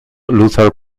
luther